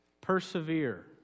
Persevere